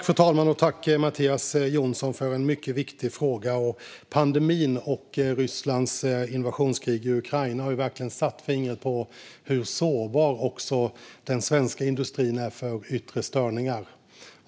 Fru talman! Tack, Mattias Jonsson, för en mycket viktig fråga! Pandemin och Rysslands invasionskrig i Ukraina har verkligen satt fingret på hur sårbar också den svenska industrin är för yttre störningar.